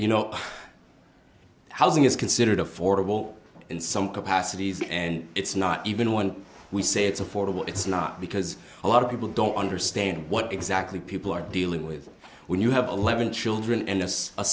you know housing is considered affordable in some capacities and it's not even one we say it's affordable it's not because a lot of people don't understand what exactly people are dealing with when you have eleven children and as a